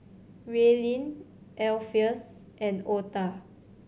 Raelynn Alpheus and Otha